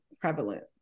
prevalent